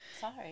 Sorry